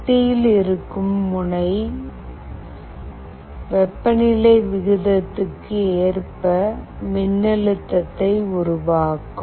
மத்தியில் இருக்கும் முனை ஆனது வெப்பநிலை விகிதத்துக்கு ஏற்ப மின்னழுத்தத்தை உருவாக்கும்